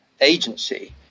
agency